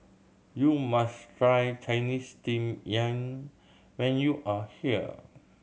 you must try Chinese Steamed Yam when you are here